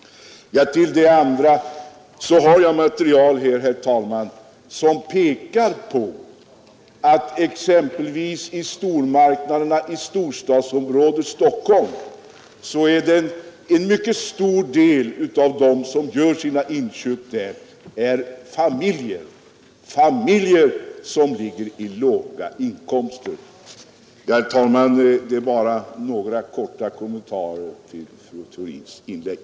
Jag har material här, herr talman, som pekar på att exempelvis i storstadsområdet Stockholm är en betydande del av dem som gör sina inköp i stormarknaderna familjer som ligger i låga inkomstlägen. Herr talman! Det var bara några korta kommentarer till fru Theorins inlägg.